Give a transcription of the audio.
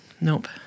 nope